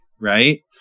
right